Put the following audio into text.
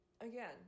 again